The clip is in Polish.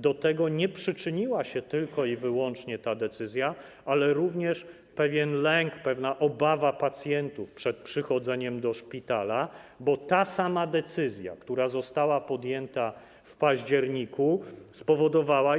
Do tego nie przyczyniła się tylko i wyłącznie ta decyzja, ale również pewien lęk, pewna obawa pacjentów przed przychodzeniem do szpitala, bo ta sama decyzja, która została podjęta w październiku, spowodowała